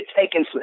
taking